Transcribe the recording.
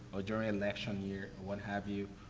or during election year, or what have you.